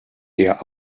der